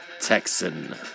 Texan